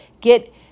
get